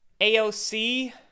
AOC